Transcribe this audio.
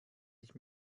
ich